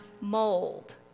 mold